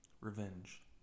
revenge